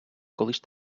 колись